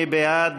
מי בעד?